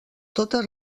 totes